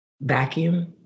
vacuum